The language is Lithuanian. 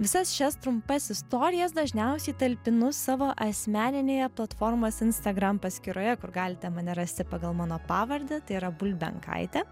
visas šias trumpas istorijas dažniausiai talpinu savo asmeninėje platformos instagram paskyroje kur galite mane rasti pagal mano pavardę tai yra bulbenkaitė